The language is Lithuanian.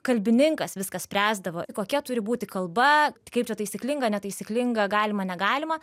kalbininkas viską spręsdavo kokia turi būti kalba kaip čia taisyklinga netaisyklinga galima negalima